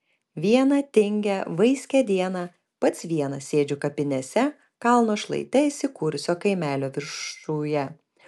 vieną tingią vaiskią dieną pats vienas sėdžiu kapinėse kalno šlaite įsikūrusio kaimelio viršuje